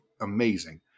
amazing